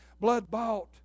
blood-bought